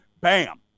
bam